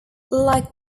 like